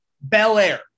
Bel-Air